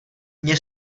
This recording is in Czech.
mně